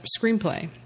Screenplay